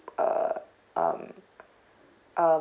uh um uh